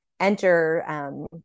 enter